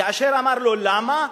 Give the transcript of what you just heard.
כאשר אמר לו: למה?